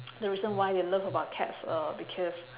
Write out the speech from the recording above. the reason why they love about cats uh because